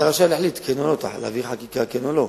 אתה רשאי להחליט להעביר חקיקה, כן או לא,